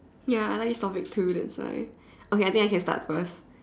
ya I like this topic too that's why okay I think I can start first